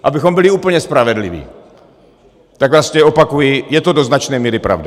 Abychom byli úplně spravedliví, tak vlastně opakuji, je to do značné míry pravda.